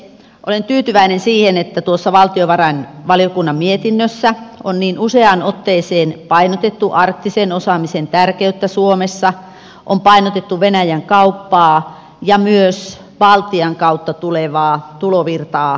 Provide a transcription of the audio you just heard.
olen tyytyväinen siihen että tuossa valtiovarainvaliokunnan mietinnössä on niin useaan otteeseen painotettu arktisen osaamisen tärkeyttä suomessa on painotettu venäjän kauppaa ja myös baltian kautta tulevaa tulovirtaa suomeen